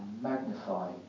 magnify